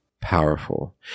powerful